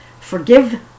Forgive